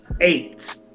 eight